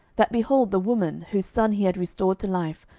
that, behold, the woman, whose son he had restored to life,